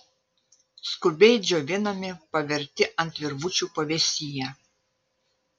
skubiai džiovinami paverti ant virvučių pavėsyje